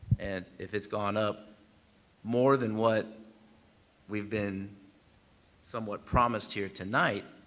and if it's gone up more than what we've been somewhat promised here tonight,